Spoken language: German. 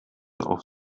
auf